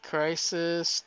Crisis